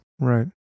Right